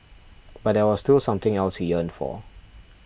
but there was still something else he yearned for